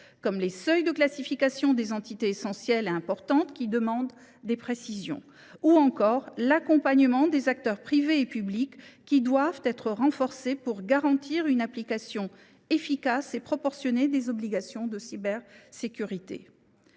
comme les seuils de classification des entités essentielles et importantes ou encore l’accompagnement des acteurs privés et publics, lequel doit être renforcé pour garantir une application efficace et proportionnée des obligations de cybersécurité.